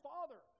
Father